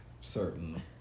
certain